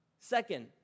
Second